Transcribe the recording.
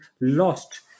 lost